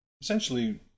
essentially